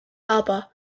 aber